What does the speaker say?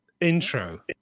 Intro